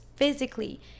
physically